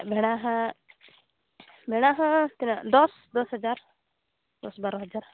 ᱵᱷᱮᱲᱟ ᱦᱟᱸᱜ ᱵᱷᱮᱲᱟ ᱦᱚᱸ ᱛᱤᱱᱟᱹᱜ ᱫᱚᱥ ᱫᱚᱥ ᱦᱟᱡᱟᱨ ᱫᱚᱥ ᱵᱟᱨᱳ ᱦᱟᱡᱟᱨ